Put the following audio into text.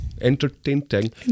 Entertaining